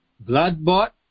blood-bought